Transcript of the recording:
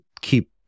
keep